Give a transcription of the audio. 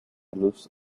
luz